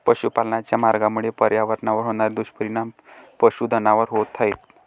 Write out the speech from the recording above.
पशुपालनाच्या मार्गामुळे पर्यावरणावर होणारे दुष्परिणाम पशुधनावर होत आहेत